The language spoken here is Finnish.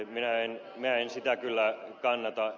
minä en sitä kyllä kannata